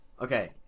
Okay